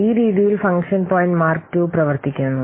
ഈ രീതിയിൽ function point mark II പ്രവർത്തിക്കുന്നു